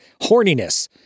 Horniness